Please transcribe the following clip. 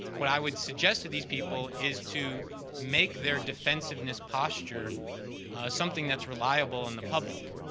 what i would suggest to this people is to make their defensiveness posture something that's reliable in the public.